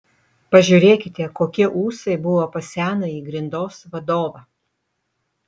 pažiūrėkite kokie ūsai buvo pas senąjį grindos vadovą